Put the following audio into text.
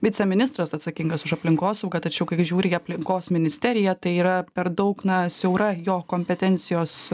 viceministras atsakingas už aplinkosaugą tačiau kai žiūri į aplinkos ministeriją tai yra per daug na siaura jo kompetencijos